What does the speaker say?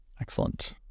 Excellent